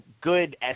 good